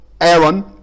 Aaron